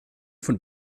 von